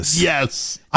Yes